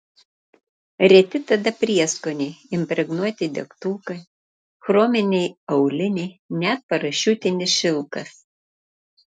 reti tada prieskoniai impregnuoti degtukai chrominiai auliniai net parašiutinis šilkas